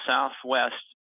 Southwest